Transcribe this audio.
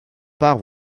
part